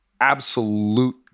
absolute